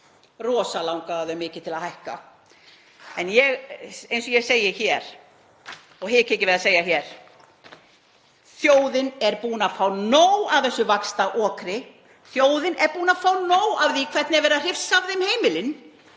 Rosalega langaði þau mikið til að hækka. En ég segi hér og hika ekki við að segja: Þjóðin er búin að fá nóg af þessu vaxtaokri. Þjóðin er búin að fá nóg af því hvernig er verið að hrifsa af þeim heimilin.